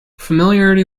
familiarity